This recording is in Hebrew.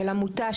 של עמותה,